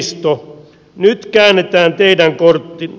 vasemmisto nyt käännetään teidän korttinne